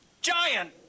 giant